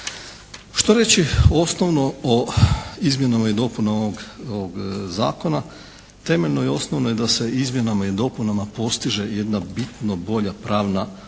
Što reći osnovno o izmjenama i dopunama ovog zakona. Temeljno i osnovno je da se izmjenama i dopunama postiže jedna bitno bolja pravna zaštita